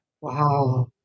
wow